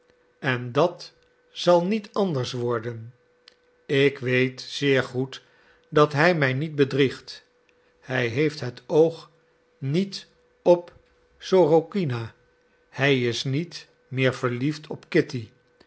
en dat zal niet anders worden ik weet zeer goed dat hij mij niet bedriegt hij heeft het oog niet op sorokina hij is niet meer verliefd op kitty